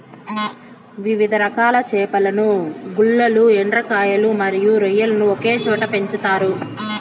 వివిధ రకాల చేపలను, గుల్లలు, ఎండ్రకాయలు మరియు రొయ్యలను ఒకే చోట పెంచుతారు